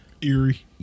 eerie